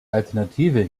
alternative